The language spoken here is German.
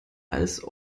als